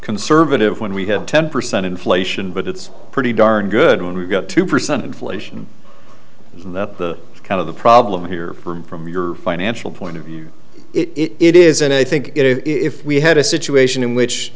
conservative when we have ten percent inflation but it's pretty darn good when we've got two percent inflation and the kind of the problem here from from your financial point of view it is and i think if we had a situation in which